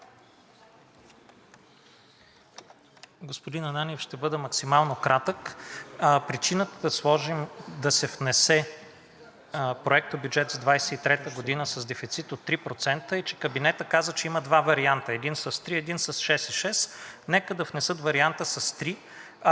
Господин Ананиев, ще бъда максимално кратък. Причината да се внесе проектобюджет за 2023 г. с дефицит от 3% е, че кабинетът каза, че има два варианта – един с 3%, един с 6,6%. Нека да внесат варианта с 3%,